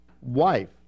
wife